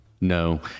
No